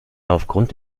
aufgrund